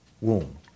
womb